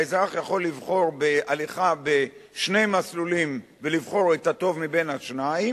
האזרח יכול לבחור בהליכה בשני מסלולים ולבחור את הטוב מהשניים,